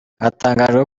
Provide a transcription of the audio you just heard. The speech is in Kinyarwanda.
hatangajwe